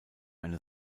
eine